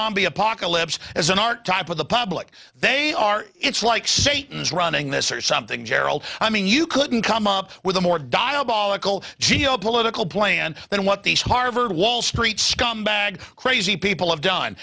zombie apocalypse as an archetype of the public they are it's like satan's running this or something gerald i mean you couldn't come up with a more diabolical geo political plan than what these harvard wall street scumbag crazy people have done